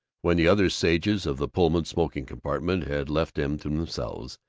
when the other sages of the pullman smoking-compartment had left them to themselves,